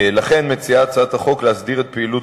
לכן מציעה הצעת החוק להסדיר את פעילות